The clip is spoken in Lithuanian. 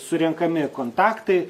surenkami kontaktai